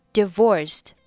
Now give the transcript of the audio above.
divorced